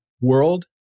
world